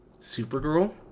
Supergirl